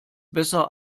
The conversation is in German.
besser